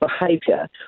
behaviour